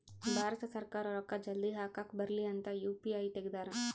ಭಾರತ ಸರ್ಕಾರ ರೂಕ್ಕ ಜಲ್ದೀ ಹಾಕಕ್ ಬರಲಿ ಅಂತ ಯು.ಪಿ.ಐ ತೆಗ್ದಾರ